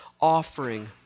offering